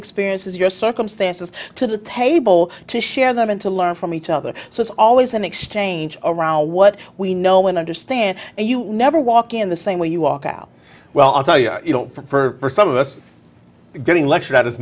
experiences your circumstances to the table to share them and to learn from each other so it's always an exchange around what we know and understand and you never walk in the same way you walk out well i'll tell you you know for some of us getting lectured